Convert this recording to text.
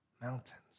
mountains